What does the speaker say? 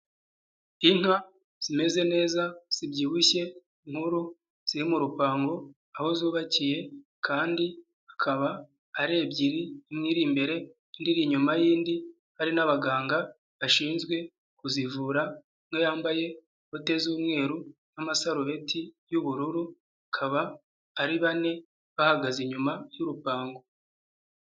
Inka zimeze neza zibyibushye inkuru ziririmo rupango aho zubakiye kandi akaba ari ebyiri imwe iri imbere indi iri inyuma y'indi hari n'abaganga bashinzwe kuzivura umwe yambaye bote z'umweru n'amasarubeti y'ubururu bakaba ari bane bahagaze inyuma y'urupango.